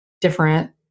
different